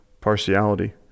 partiality